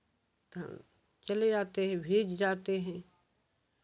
तो हम चले आते हैं भीग जाते हैं